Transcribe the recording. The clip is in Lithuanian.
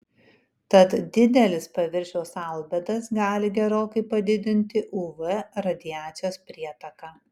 tad didelis paviršiaus albedas gali gerokai padidinti uv radiacijos prietaką